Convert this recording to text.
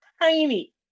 tiny